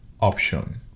option